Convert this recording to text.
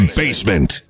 basement